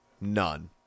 none